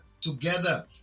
together